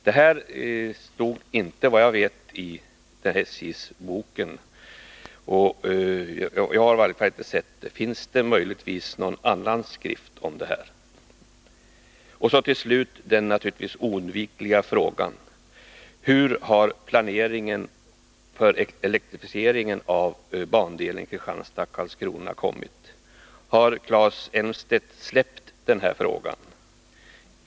Detta stod inte, såvitt jag vet, i SJ-boken. Jag har i varje fall inte sett det. Finns det möjligtvis någon annan skrift om detta? Till slut den oundvikliga frågan: Hur långt har planeringen för elektrifieringen av bandelen Kristianstad-Karlskrona kommit? Har Claes Elmstedt släppt den frågan?